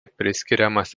priskiriamas